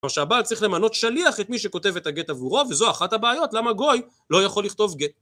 כלומר שהבעל צריך למנות שליח את מי שכותב את הגט עבורו, וזו אחת הבעיות למה גוי לא יכול לכתוב גט.